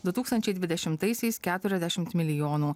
du tūkstančiai dvidešimtaisiais keturiasdešimt milijonų